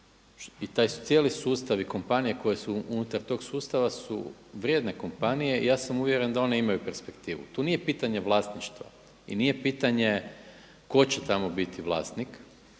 i taj cijeli sustav i kompanije koje su unutar tog sustava su vrijedne kompanije i ja sam uvjeren da one imaju perspektivu. Tu nije pitanje vlasništva i nije pitanje tko će tamo biti vlasnik